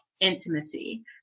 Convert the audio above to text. intimacy